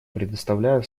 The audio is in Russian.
предоставляю